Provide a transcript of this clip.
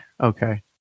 Okay